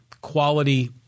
quality